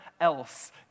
else